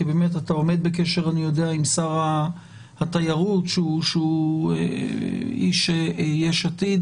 כי באמת אני יודע שאתה עומד בקשר עם שר התיירות שהוא איש יש עתיד